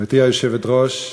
גברתי היושבת-ראש,